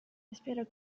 espero